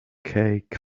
cake